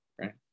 right